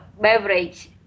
beverage